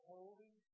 Holy